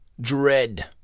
dread